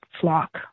flock